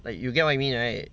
like you get what I mean right